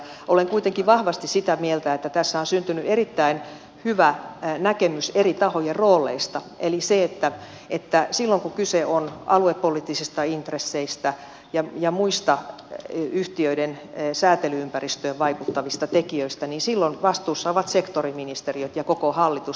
olen kuitenkin vahvasti sitä mieltä että tässä on syntynyt erittäin hyvä näkemys eri tahojen rooleista eli se että silloin kun kyse on aluepoliittisista intresseistä ja muista yhtiöiden säätely ympäristöön vaikuttavista tekijöistä vastuussa ovat sektoriministeriöt ja koko hallitus